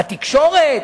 התקשורת?